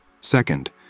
Second